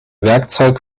werkzeug